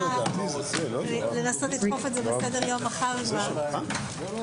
12:58.